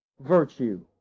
virtue